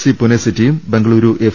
C Pune സിറ്റിയും Bengaluru F